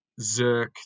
Zerk